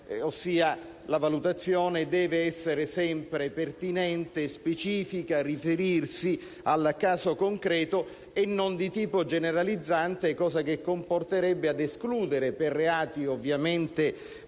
la valutazione deve essere sempre pertinente, specifica e riferirsi al caso concreto e non di tipo generalizzante, cosa che comporterebbe di escludere, ovviamente per reati